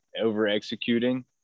over-executing